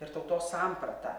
ir tautos sampratą